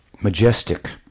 majestic